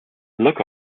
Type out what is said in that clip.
look